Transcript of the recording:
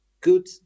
good